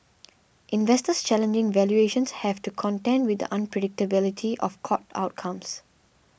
investors challenging valuations have to contend with the unpredictability of court outcomes